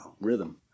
rhythm